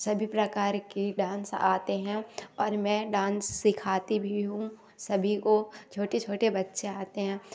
सभी प्रकार की डांस आते हैं और मैं डांस सिखाती भी हूँ सभी को छोटे छोटे बच्चे आते हैं